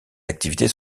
activités